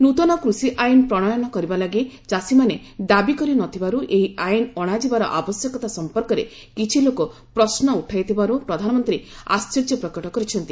ନୃତନ କୃଷି ଆଇନ ପ୍ରଶୟନ କରିବା ଲାଗି ଚାଷୀମାନେ ଦାବି କରି ନ ଥିବାରୁ ଏହି ଆଇନ ଅଶାଯିବାର ଆବଶ୍ୟକତା ସମ୍ପର୍କରେ କିଛି ଲୋକ ପ୍ରଶ୍ନ ଉଠାଇଥିବାରୁ ପ୍ରଧାନମନ୍ତ୍ରୀ ଆଶ୍ଚର୍ଯ୍ୟ ପ୍ରକଟ କରିଛନ୍ତି